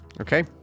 Okay